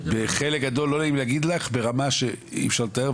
וחלק גדול לא נעים לי להגיד לך ברמה שאי אפשר לתאר,